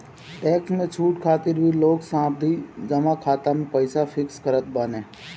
tax में छूट खातिर भी लोग सावधि जमा खाता में पईसा फिक्स करत बाने